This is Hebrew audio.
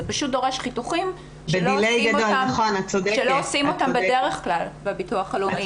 זה פשוט דורש חיתוכים שלא עושים אותם בדרך כלל בביטוח הלאומי.